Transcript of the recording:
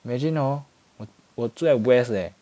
imagine hor 我我住在 west leh